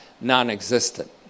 non-existent